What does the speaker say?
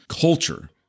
culture